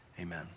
amen